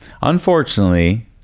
Unfortunately